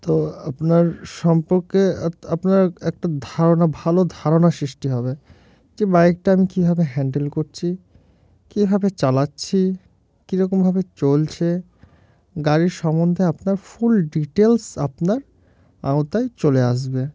তো আপনার সম্পর্কে আপনার একটা ধারণা ভালো ধারণা সৃষ্টি হবে যে বাইকটা আমি কীভাবে হ্যান্ডেল করছি কীভাবে চালাচ্ছি কীরকমভাবে চলছে গাড়ির সম্বন্ধে আপনার ফুল ডিটেলস আপনার আওতায় চলে আসবে